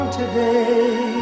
today